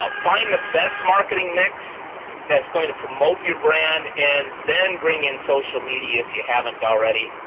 ah find the best marketing mix that's going to promote your brand and then bring in social media if you haven't already.